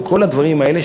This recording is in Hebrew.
וכל הדברים האלה,